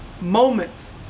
moments